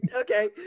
okay